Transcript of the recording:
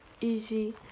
easy